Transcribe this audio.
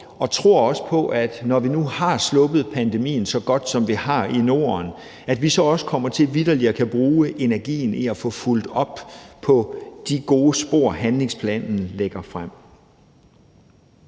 og tror også på, at vi, når vi nu har sluppet pandemien så godt, som vi har i Norden, så også kommer til vitterlig at kunne bruge energien på at få fulgt op på de gode spor, handlingsplanen lægger frem.